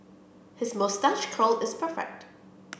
his moustache curl is perfect